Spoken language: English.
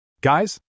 Guys